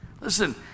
listen